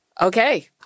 Okay